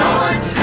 Lord